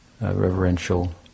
reverential